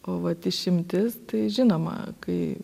o vat išimtis tai žinoma kai